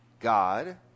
God